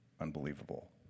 unbelievable